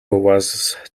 was